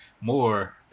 more